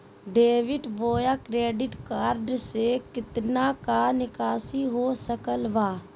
Debit बोया credit card से कितना का निकासी हो सकल बा?